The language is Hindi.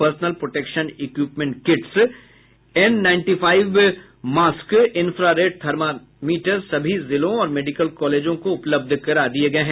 personal protection equipments kits N ninety five mask infrared thermometer सभी जिलों और मेडिकल कॉलेजों को उपलब्ध करा दिया गया है